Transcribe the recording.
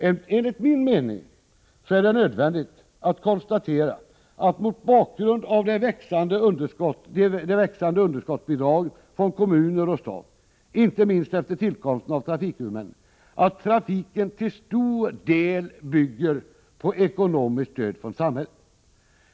Enligt min mening är det nödvändigt att påpeka, mot bakgrund av de växande underskottsbidragen från kommuner och stat inte minst efter tillkomsten av trafikhuvudmännen, att trafiken till stor del bygger på ekonomiskt stöd från samhället.